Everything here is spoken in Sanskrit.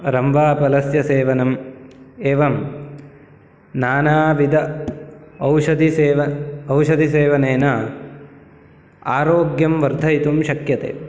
रम्भाफलस्य सेवनम् एवं ननाविध औषधिसेव् औषधिसेवनेन आरोग्यं वर्धयितुं शक्यते